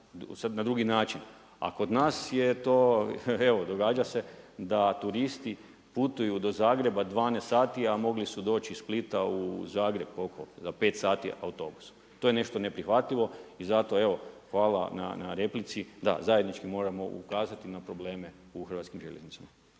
na drugi način, a kod nas se događa da turisti putuju do Zagreba 12 sati, a mogli su doći iz Splita u Zagreb koliko za pet sati autobusom. To je nešto neprihvatljivo i zato evo hvala na replici da zajednički moramo ukazati na probleme u HŽ-u.